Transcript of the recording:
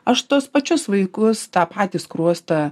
aš tuos pačius vaikus tą patį skruostą